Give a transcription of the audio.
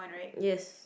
yes